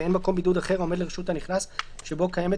ואין מקום בידוד אחר העומד לרשות הנכנס שבו קיימת